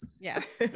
Yes